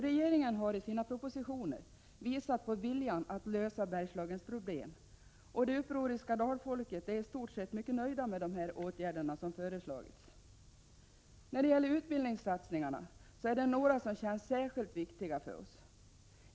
Regeringen har i sina propositioner visat på viljan att lösa Bergslagens problem, och det upproriska dalfolket är i stort sett mycket nöjt med de åtgärder som föreslagits. Bland utbildningssatsningarna är det några som känns särskilt viktiga för oss.